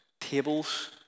Tables